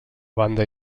banda